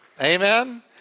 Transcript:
Amen